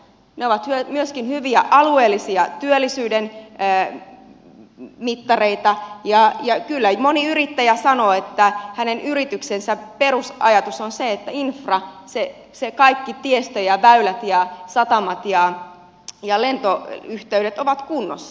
ne ovat myöskin hyviä alueellisen työllisyyden mittareita ja kyllä moni yrittäjä sanoo että hänen yrityksensä perusajatus on se että infra se kaikki tiestö väylät satamat ja lentoyhteydet ovat kunnossa